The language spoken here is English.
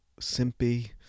simpy